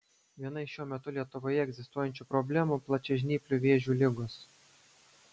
viena iš šiuo metu lietuvoje egzistuojančių problemų plačiažnyplių vėžių ligos